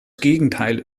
gegenteil